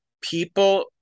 people